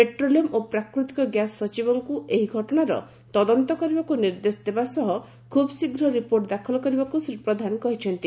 petroleum ଓ ପ୍ରାକୃତିକ gas ସଚିବଙ୍କୁ ଏହି ଘଟଶାର ତଦନ୍ତ କରିବାକୁ ନିର୍ଦ୍ଦେଶ ଦେବାସହ ଖୁବ୍ ଶୀଘ୍ର ରିପୋର୍ଟ ଦାଖଲ କରିବାକୁ ଶ୍ରୀ ପ୍ରଧାନ କହିଛନ୍ତି